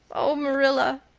oh, marilla,